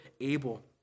Abel